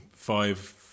five